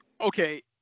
Okay